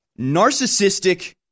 narcissistic